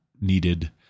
needed